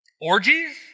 orgies